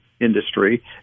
industry